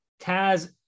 Taz